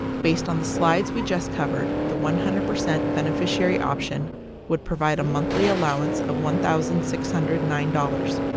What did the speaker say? based on the slides we just covered, the one hundred percent beneficiary option would provide a monthly allowance of one thousand six hundred and nine dollars,